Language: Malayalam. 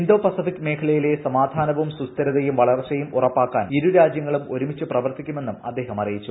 ഇന്തോ പസഫിക് മേഖ്ലയിലെ സമാധാനവും സുസ്ഥിരതയും വളർച്ചയും ഉറ്പ്പാക്കാൻ ഇരുരാജ്യങ്ങളും ഒരുമിച്ച് പ്രവർത്തിക്കുമെന്നും അറിയിച്ചു